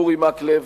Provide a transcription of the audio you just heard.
אורי מקלב,